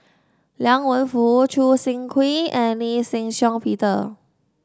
Liang Wenfu Choo Seng Quee and Lee Shih Shiong Peter